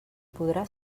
podrà